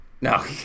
No